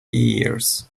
ears